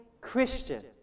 Christian